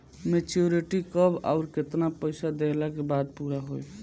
Maturity कब आउर केतना पईसा देहला के बाद पूरा होई?